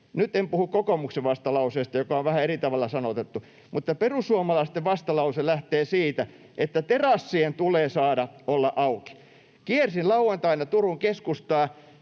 nyt en puhu kokoomuksen vastalauseesta, joka on vähän eri tavalla sanoitettu — lähtee siitä, että terassien tulee saada olla auki. Kiersin lauantaina Turun keskustaa